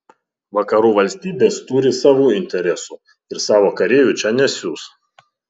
vakarų valstybės turi savų interesų ir savo kareivių čia nesiųs